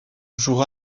jour